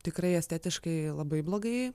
tikrai estetiškai labai blogai